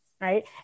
Right